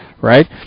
Right